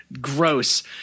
Gross